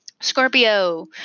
Scorpio